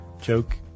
joke